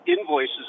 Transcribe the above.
invoices